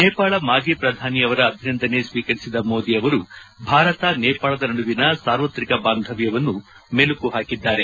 ನೇಪಾಳ ಮಾಜಿ ಪ್ರಧಾನಿಯವರ ಅಭಿನಂದನೆ ಸ್ವೀಕರಿಸಿದ ಮೋದಿ ಅವರು ಭಾರತ ನೇಪಾಳದ ನಡುವಿನ ಸಾರ್ವತ್ರಿಕ ಬಾಂಧವ್ಯವನ್ನು ಮೆಲುಕು ಹಾಕಿದ್ದಾರೆ